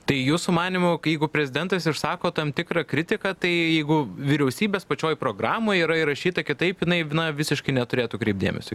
tai jūsų manymu jeigu prezidentas išsako tam tikrą kritiką tai jeigu vyriausybės pačioj programoj yra įrašyta kitaip jinai na visiškai neturėtų kreipt dėmesio